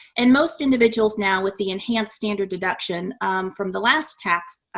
and most individuals now with the enhanced standard deduction from the last tax